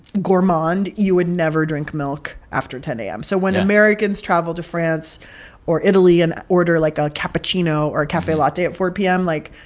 gourmand, you would never drink milk after ten a m yeah so when americans travel to france or italy and order, like, a cappuccino or a cafe latte at four p m, like,